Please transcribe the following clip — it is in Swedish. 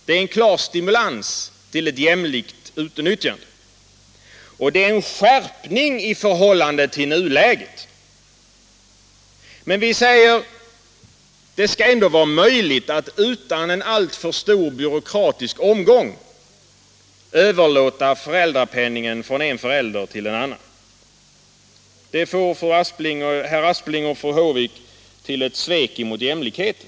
Det är en klar stimulans till ett Tisdagen den jämlikt utnyttjande, och det är en skärpning i förhållande till nuläget. 17 maj 1977 Men vi säger att det ändå skall vara möjligt att utan alltför mycket by= — råkrati överlåta föräldrapenningen från den ena föräldern till den andra. — Föräldraförsäkring Det får herr Aspling och fru Håvik till ett svek mot jämlikheten.